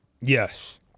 Yes